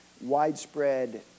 widespread